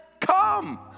come